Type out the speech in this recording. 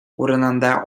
урынында